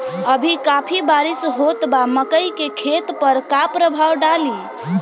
अभी काफी बरिस होत बा मकई के खेत पर का प्रभाव डालि?